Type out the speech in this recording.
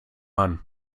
man